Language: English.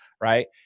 right